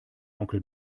onkel